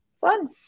Fun